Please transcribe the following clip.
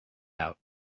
out